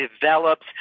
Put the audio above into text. develops